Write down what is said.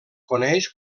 coneix